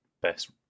best